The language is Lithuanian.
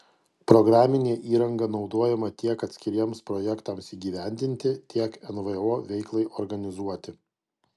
programinė įranga naudojama tiek atskiriems projektams įgyvendinti tiek nvo veiklai organizuoti